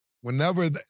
whenever